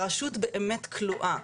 הרשות באמת כלואה.